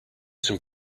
some